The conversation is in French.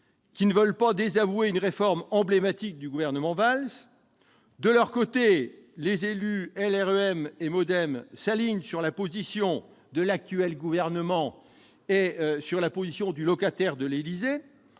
ne veulent pas désavouer une réforme emblématique du gouvernement Valls. De leur côté, les élus LREM et MODEM s'alignent sur la position de l'actuel gouvernement et du locataire de l'Élysée.